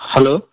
Hello